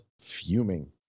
fuming